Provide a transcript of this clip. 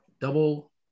double